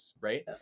right